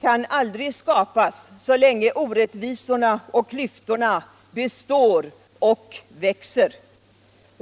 kan aldrig skapas så länge orättvisorna och klyftorna består och växer.